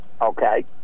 okay